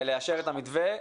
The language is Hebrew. לאשר את המתווה.